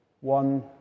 one